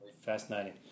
fascinating